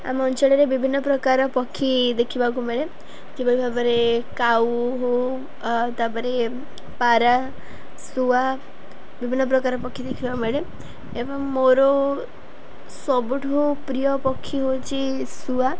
ଆମ ଅଞ୍ଚଳରେ ବିଭିନ୍ନ ପ୍ରକାର ପକ୍ଷୀ ଦେଖିବାକୁ ମିଳେ ଯେଭଳି ଭାବରେ କାଉ ହଉ ତାପରେ ପାରା ଶୁଆ ବିଭିନ୍ନ ପ୍ରକାର ପକ୍ଷୀ ଦେଖିବାକୁ ମିଳେ ଏବଂ ମୋର ସବୁଠୁ ପ୍ରିୟ ପକ୍ଷୀ ହେଉଛି ଶୁଆ